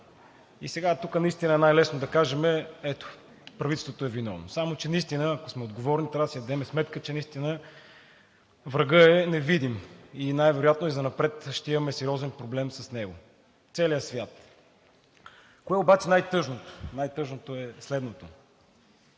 И сега тук е най-лесно да кажем: ето, правителството е виновно. Само че наистина, ако сме отговорни, трябва да си дадем сметка, че врагът е невидим и най-вероятно и занапред ще имаме сериозен проблем с него. Целият свят! Кое обаче е най-тъжното? Най-тъжното е следното: